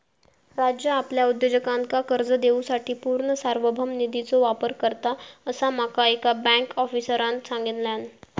राज्य आपल्या उद्योजकांका कर्ज देवूसाठी पूर्ण सार्वभौम निधीचो वापर करता, असा माका एका बँक आफीसरांन सांगल्यान